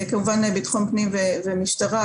ביטחון פנים ומשטרה,